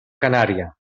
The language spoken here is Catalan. canària